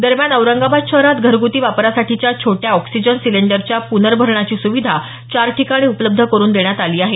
दरम्यान औरंगाबाद शहरात घरगूती वापरासाठीच्या छोट्या ऑक्सीजन सिलिंडरच्या प्नर्भरणाची सुविधा चार ठिकाणी उपलब्ध करून देण्यात आली आहे